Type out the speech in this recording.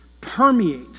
permeate